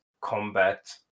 combat